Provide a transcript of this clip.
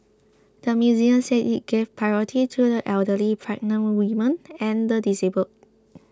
the museum said it gave priority to the elderly pregnant women and the disabled